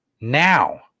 now